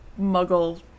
muggle